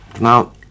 Now